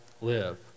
live